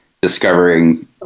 discovering